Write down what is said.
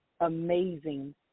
amazing